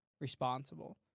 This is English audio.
responsible